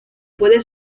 puede